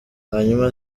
hanyuma